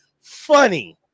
funny